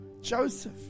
Joseph